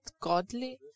godly